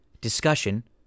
discussion